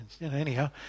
Anyhow